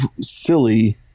silly